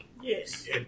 yes